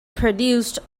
produced